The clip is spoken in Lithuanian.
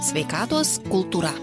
sveikatos kultūra